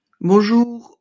Bonjour